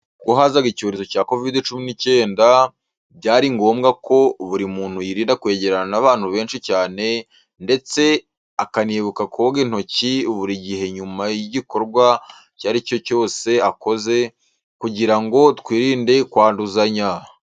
Ubwo hazaga icyorezo cya COVID cumi n’ icyenda, byari ngombwa ko buri muntu yirinda kwegerana n’abantu benshi cyane, ndetse akanibuka koga intoki buri gihe nyuma y’igikorwa icyo ari cyo cyose akoze, kugira ngo twirinde kwanduzanya.